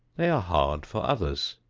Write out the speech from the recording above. they are hard for others,